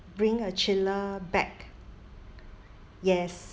bring a chiller bag yes